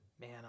Man